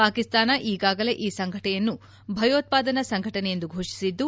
ಪಾಕಿಸ್ತಾನ ಈಗಾಗಲೇ ಈ ಸಂಘಟನೆಯನ್ನು ಭಯೋತ್ಪಾದನಾ ಸಂಘಟನೆ ಎಂದು ಘೋಷಿಸಿದ್ದು